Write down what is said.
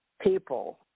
people